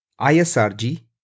ISRG